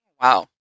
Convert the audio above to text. Wow